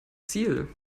ziel